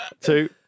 two